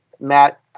Matt